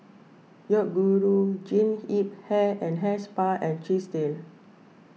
Yoguru Jean Yip Hair and Hair Spa and Chesdale